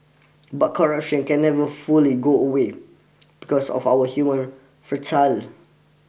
but corruption can never fully go away because of our human